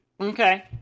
Okay